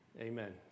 Amen